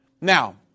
Now